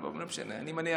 אה,